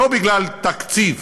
לא בגלל תקציב.